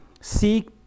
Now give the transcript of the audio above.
seek